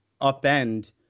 upend